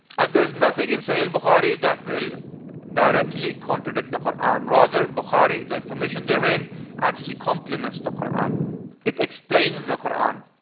and there's nothing in sahih bukhari that will directly contradict the quran rather bukhari, the information there in actually complements the quran it explains the quran